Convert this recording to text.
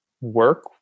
work